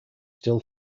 still